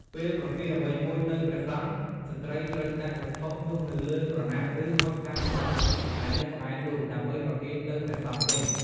ពេលប្រគេនអ្វីមួយទៅព្រះសង្ឃ ស្ត្រីត្រូវដាក់វត្ថុនោះលើក្រណាត់ ឬ ហុចតាមបុរសដែលនៅក្បែរនោះ ដើម្បីប្រគេនទៅព្រះសង្ឃវិញ។